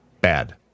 bad